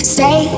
Stay